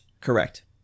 correct